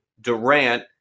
Durant